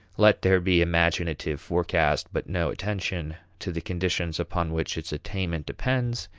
let there be imaginative forecast but no attention to the conditions upon which its attainment depends,